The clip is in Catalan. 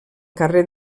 carrer